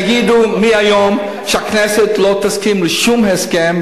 תגידו מהיום שהכנסת לא תסכים לשום הסכם,